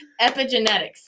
Epigenetics